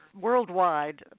worldwide